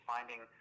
Finding